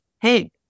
Hey